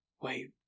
wait